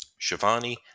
shivani